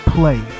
Play